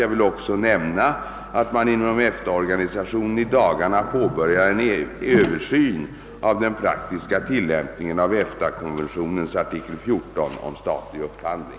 Jag vill också nämna - att' man inom EFTA-organisationen i dagarna påbörjar en översyn av den praktiska tillämpningen av EFTA-konventionens artikel 14 om statlig upphandling.